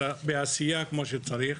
אלא בעשייה כמו שצריך.